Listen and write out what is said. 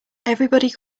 everybody